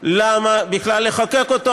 למה בכלל לחוקק אותו?